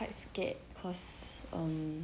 quite scared cause err mm